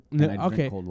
Okay